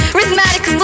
Rhythmatic